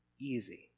easy